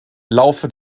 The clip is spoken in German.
laufe